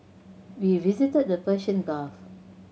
we visited the Persian Gulf